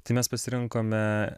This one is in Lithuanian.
tai mes pasirinkome